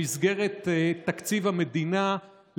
במסגרת תקציב המדינה,